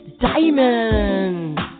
Diamond